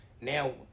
now